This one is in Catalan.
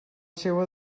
seua